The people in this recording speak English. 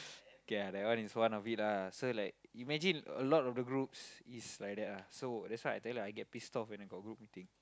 k ah that one is one of it lah so like imagine a lot of the groups is like that ah so that's why I tell you I get pissed off when I got group meeting